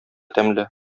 тәмле